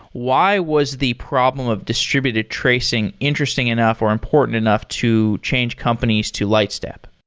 why was the problem of distributed tracing interesting enough or important enough to change companies to lightstep?